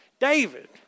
David